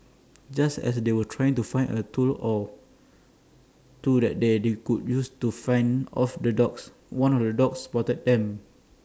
just as they were trying to find A tool or two that they could use to fend off the dogs one of the dogs spotted them